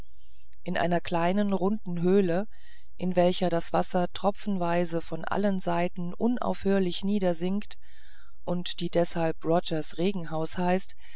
in einer kleinen runden höhle in welcher das wasser tropfenweise von allen seiten unaufhörlich niedersinkt und die deshalb rogers regenhaus heißt